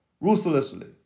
ruthlessly